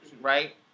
right